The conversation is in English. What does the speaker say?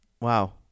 wow